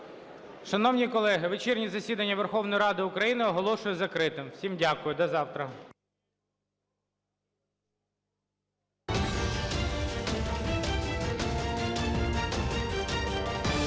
Шановні колеги, вечірнє засідання Верховної Ради України оголошую закритим. Всім дякую. До завтра.